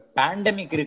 pandemic